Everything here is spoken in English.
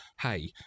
hey